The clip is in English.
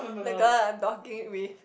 the girl I'm talking with